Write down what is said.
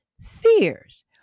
fears